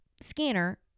scanner